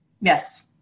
Yes